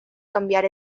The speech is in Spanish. cambiar